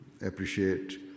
appreciate